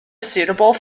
suitable